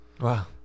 Wow